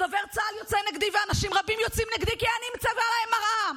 דובר צה"ל יוצא נגדי ואנשים רבים יוצאים נגדי כי אני מציבה להם מראה.